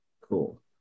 Cool